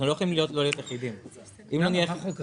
אנחנו לא יכולים להיות --- מה חוק אחר?